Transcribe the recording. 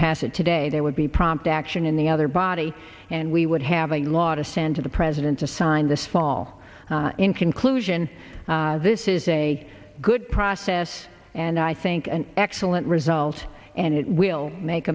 pass it today there would be prompt action in the other body and we would have a lot of send to the president to sign this fall in conclusion this is a good process and i think an excellent result and it will make